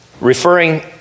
referring